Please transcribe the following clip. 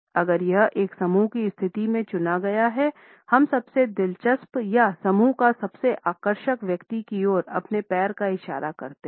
अगर यह एक समूह की स्थिति में चुना गया है हम सबसे दिलचस्प या समूह का सबसे आकर्षक व्यक्ति की ओर अपने पैर का इशारा करते हैं